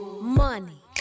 Money